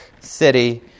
City